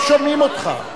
לא שומעים אותך.